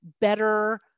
better